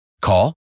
Call